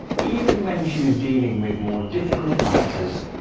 even when she was dealing with more difficult answers.